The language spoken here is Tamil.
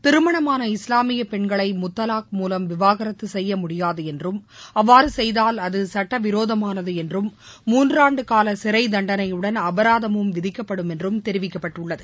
திருமணமான இஸ்லாமிய பெண்களை முத்தலாக் மூலம் விவாகரத்து செய்ய முடியாது என்றும் அவ்வாறு செய்தால் அது சுட்டவிரோதமானது என்றும் மூன்றாண்டுகால சிறை தண்டனையுடன் அபராதமும் விதிக்கப்படும் என்று தெரிவிக்கப்பட்டுள்ளது